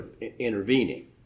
intervening